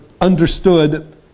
understood